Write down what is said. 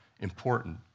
important